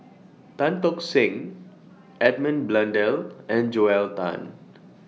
Tan Tock Seng Edmund Blundell and Joel Tan